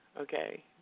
Okay